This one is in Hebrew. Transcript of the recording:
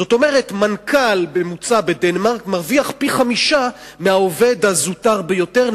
זאת אומרת מנכ"ל בדנמרק מרוויח פי-חמישה בממוצע מהעובד הזוטר ביותר,